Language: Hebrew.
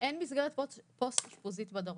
אין מסגרת פוסט-אשפוזית בדרום.